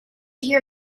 hear